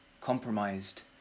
compromised